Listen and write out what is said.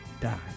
die